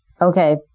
Okay